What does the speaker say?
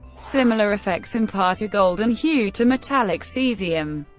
similar effects impart a golden hue to metallic caesium.